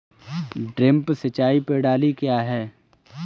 Drip सिंचाई प्रणाली क्या है?